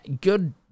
good